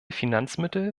finanzmittel